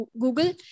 Google